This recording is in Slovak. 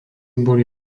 boli